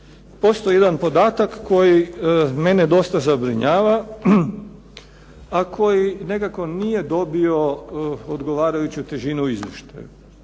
postoji jedan podatak koji mene dosta zabrinjava, a koji nekako nije dobio odgovarajuću težinu u